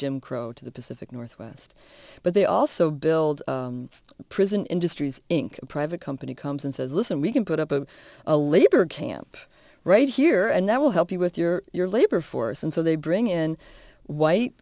jim crow to the pacific northwest but they also build prison industries inc a private company comes and says listen we can put up of a labor camp right here and that will help you with your your labor force and so they bring in white